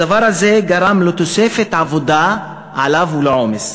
הדבר הזה גרם לתוספת עבודה עליו ולעומס.